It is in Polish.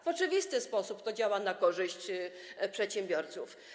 W oczywisty sposób działa to na korzyść przedsiębiorców.